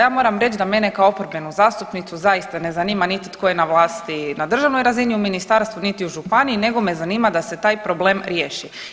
Ja moram reći da mene kao oporbenu zastupnicu zaista ne zanima niti tko je na vlasti na državnoj razini u ministarstvu, niti u županiji, nego me zanima da se taj problem riješi.